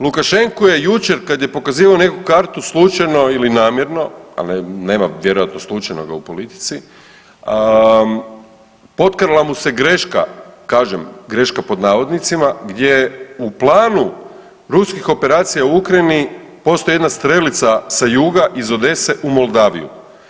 Lukashenku je jučer kad je pokazivao nekakvu kartu slučajno ili namjerno, ali nema vjerojatno slučajnoga u politici potkrala mu se greška, kažem greška pod navodnicima gdje u planu ruskih operacija u Ukrajini postoji jedna strelica sa juga iz Odese u Moldaviju.